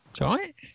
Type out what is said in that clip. right